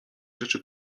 rzeczy